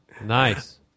Nice